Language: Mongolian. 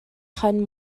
хонь